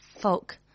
folk